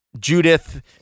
Judith